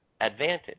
advantage